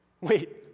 Wait